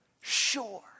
sure